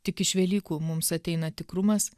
tik iš velykų mums ateina tikrumas